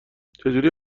چجوری